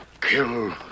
Kill